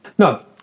No